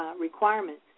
requirements